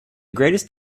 greatest